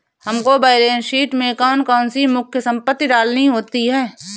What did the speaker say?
हमको balance sheet में कौन कौन सी मुख्य संपत्ति डालनी होती है?